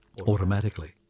Automatically